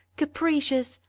capricious,